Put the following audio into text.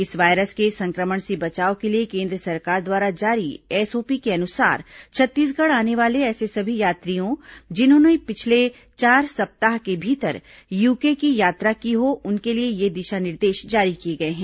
इस वायरस के संक्रमण से बचाव के लिए केन्द्र सरकार द्वारा जारी एसओपी के अनुसार छत्तीसगढ़ आने वाले ऐसे सभी यात्रियों जिन्होंने पिछले चार सप्ताह के भीतर यूके की यात्रा की हो उनके लिए ये दिशा निर्देश जारी किए गए हैं